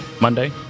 Monday